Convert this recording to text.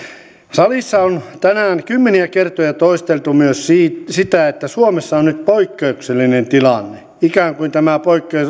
salissa on tänään kymmeniä kertoja toisteltu myös sitä että suomessa on nyt poikkeuksellinen tilanne ikään kuin tämä